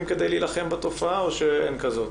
כדי להילחם בתופעה הזו, או שאין כזאת?